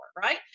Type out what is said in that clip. right